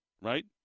Right